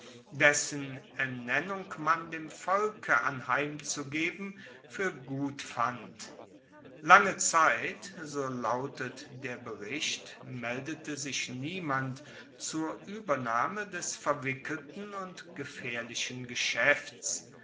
dessen ernennung man dem volke anheimzugeben fuer gut fand lange zeit so lautet der bericht meldete sich niemand zur uebernahme des verwickelten und gefaehrlichen geschaefts